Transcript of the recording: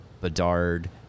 Bedard